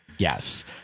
Yes